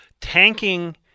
Tanking